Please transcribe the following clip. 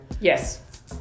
Yes